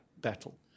battle